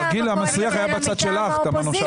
התרגיל המסריח היה בצד שלך, תמנו שטה.